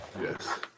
Yes